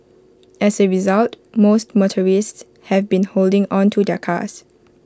as A result most motorists have been holding on to their cars